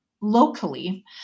locally